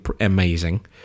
amazing